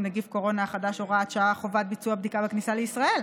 נגיף הקורונה החדש (הוראת שעה) (חובת ביצוע בדיקה בכניסה לישראל),